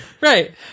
Right